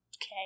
Okay